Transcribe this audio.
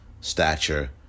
stature